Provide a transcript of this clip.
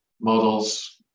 models